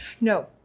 No